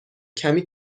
کمی